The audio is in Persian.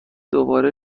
دوباره